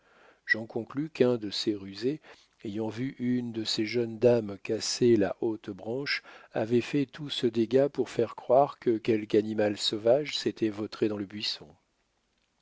j'en conclus qu'un de ces rusés ayant vu une de ces jeunes dames casser la haute branche avait fait tout ce dégât pour faire croire que quelque animal sauvage s'était vautré dans ce buisson